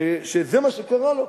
שזה מה שקרה לו.